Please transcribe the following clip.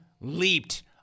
leaped